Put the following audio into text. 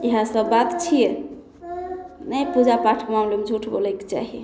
इएहसब बात छिए नहि पूजा पाठ मामले बोलैके चाही